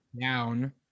down